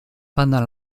pendant